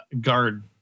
guard